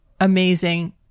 Amazing